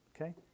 Okay